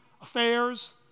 affairs